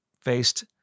faced